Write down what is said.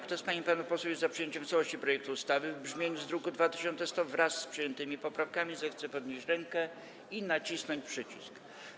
Kto z pań i panów posłów jest za przyjęciem w całości projektu ustawy w brzmieniu z druku nr 2100, wraz z przyjętymi poprawkami, zechce podnieść rękę i nacisnąć przycisk.